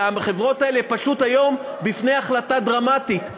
והחברות האלה פשוט עומדות היום בפני החלטה דרמטית.